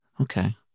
Okay